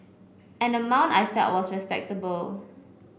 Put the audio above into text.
an amount I felt was respectable